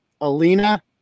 Alina